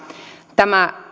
tämä